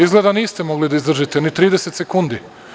Izgleda niste mogli da izdržite ni 30 sekundi.